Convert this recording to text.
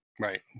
Right